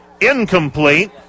incomplete